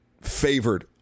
favored